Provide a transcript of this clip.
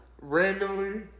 Randomly